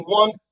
one